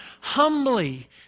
humbly